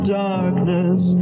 darkness